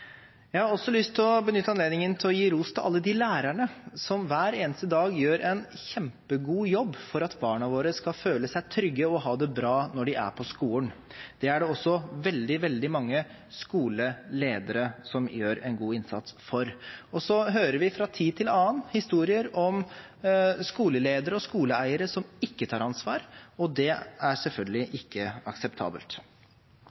er det også veldig mange skoleledere som gjør en god innsats for. Og så hører vi fra tid til annen historier om skoleledere og skoleeiere som ikke tar ansvar, og det er selvfølgelig ikke akseptabelt.